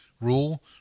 rule